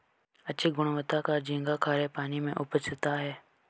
अच्छे गुणवत्ता का झींगा खरे पानी में उपजता है